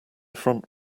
front